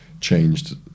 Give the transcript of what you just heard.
changed